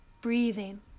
breathing